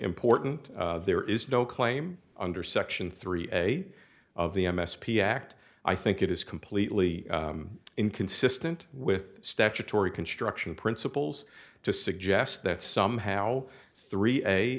important there is no claim under section three a of the m s p act i think it is completely inconsistent with statutory construction principles to suggest that somehow three a